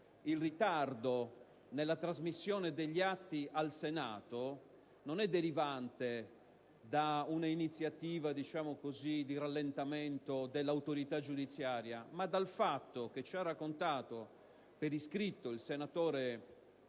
il ritardo nella trasmissione degli atti al Senato non è derivante da una iniziativa di rallentamento dell'autorità giudiziaria, ma dal fatto che, come ci ha raccontato per iscritto l'allora